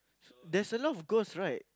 there's a lot of ghosts right